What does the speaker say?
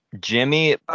Jimmy